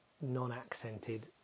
non-accented